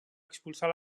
expulsar